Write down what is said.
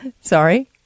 Sorry